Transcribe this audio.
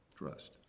Trust